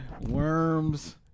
Worms